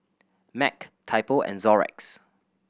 Mac Typo and Xorex